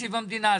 תקציב המדינה.